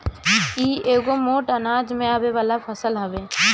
इ एगो मोट अनाज में आवे वाला फसल हवे